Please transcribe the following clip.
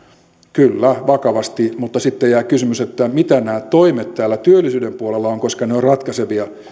kyllä vakavasti mutta sitten jää kysymys että mitä nämä toimet täällä työllisyyden puolella ovat koska ne ne ovat ratkaisevia